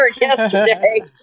yesterday